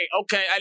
okay